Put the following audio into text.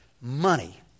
money